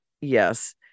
yes